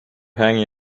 hanging